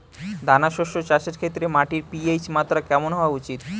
দানা শস্য চাষের ক্ষেত্রে মাটির পি.এইচ মাত্রা কেমন হওয়া উচিৎ?